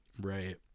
right